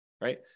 Right